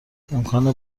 امکان